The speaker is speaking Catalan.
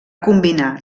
combinar